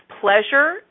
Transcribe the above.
pleasure